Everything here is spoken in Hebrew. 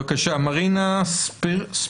בבקשה, מרינה ספריקין.